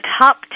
Top